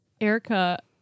erica